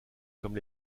comme